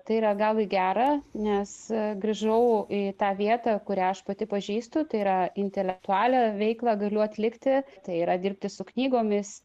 tai yra gal į gera nes grįžau į tą vietą kurią aš pati pažįstu tai yra intelektualią veiklą galiu atlikti tai yra dirbti su knygomis